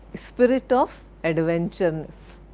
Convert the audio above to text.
spirit of adventureness,